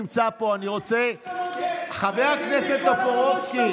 חבר הכנסת טופורובסקי.